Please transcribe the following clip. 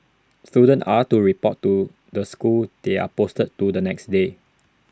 students are to report to the school they are posted to the next day